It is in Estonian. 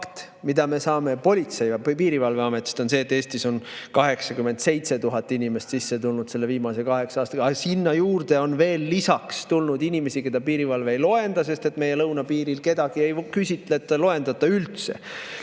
mille me saime Politsei‑ ja Piirivalveametist, on see, et Eestisse on 87 000 inimest sisse tulnud selle viimase kahe aastaga. Aga sinna juurde on veel lisaks tulnud inimesi, keda piirivalve ei loenda, sest meie lõunapiiril kedagi ei küsitleta, ei loendata üldse.